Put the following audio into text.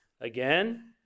again